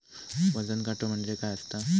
वजन काटो म्हणजे काय असता?